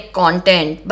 content